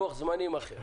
לוח-זמנים אחר